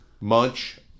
Munch